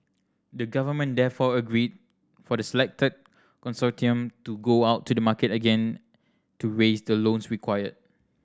the government therefore agreed for the selected consortium to go out to the market again to raise the loans required